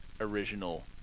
original